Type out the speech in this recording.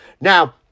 Now